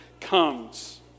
comes